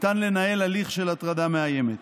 ניתן לנהל הליך של הטרדה מאיימת.